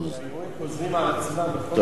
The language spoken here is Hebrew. חוזרים על עצמם, תודה.